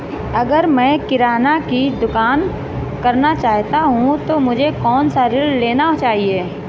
अगर मैं किराना की दुकान करना चाहता हूं तो मुझे कौनसा ऋण लेना चाहिए?